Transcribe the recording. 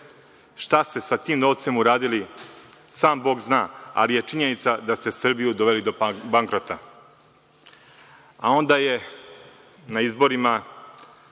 Šta ste sa tim novcem uradili sam Bog zna, ali je činjenica da ste Srbiju doveli do bankrota. Onda je na izborima